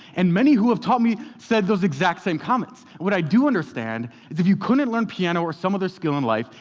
and many who i've taught said those exact same comments. what i do understand is if you couldn't learn piano or some other skill in life,